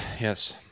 Yes